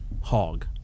hog